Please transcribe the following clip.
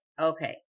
okay